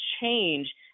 change